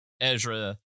Ezra